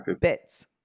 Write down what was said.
Bits